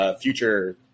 future